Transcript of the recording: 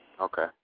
Okay